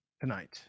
tonight